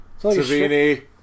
Savini